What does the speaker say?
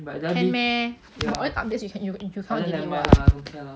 can meh won't this update you cannot delete [what]